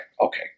okay